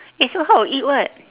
eh so how eat what